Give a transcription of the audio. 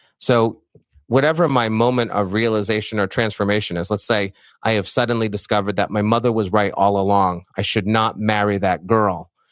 so whatever my moment of realization or transformation is. let's say i have suddenly discovered that my mother was right all along. i should not marry that girl.